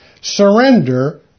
Surrender